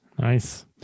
nice